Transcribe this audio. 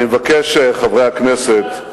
אני מבקש, חברי הכנסת,